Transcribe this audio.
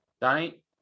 donnie